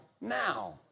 now